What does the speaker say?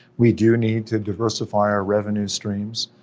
we do need to diversify our revenue streams.